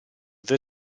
the